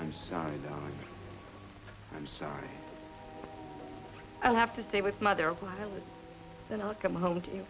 i'm sorry i'm sorry i have to stay with mother then i'll come home to